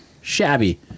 shabby